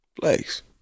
flex